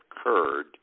occurred